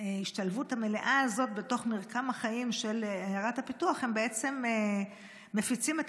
ההשתלבות המלאה הזאת בתוך מרקם החיים של עיירת הפיתוח הם מפיצים את